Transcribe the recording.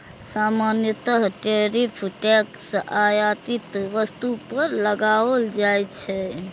सामान्यतः tariff tax आयातित वस्तु पर लगाओल जाइ छै